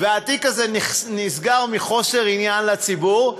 התיק הזה נסגר מחוסר עניין לציבור,